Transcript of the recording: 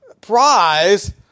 prize